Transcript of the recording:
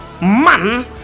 man